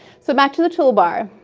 so back to the toolbar.